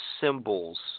symbols